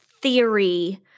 theory